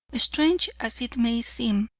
strange as it may seem,